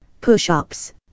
push-ups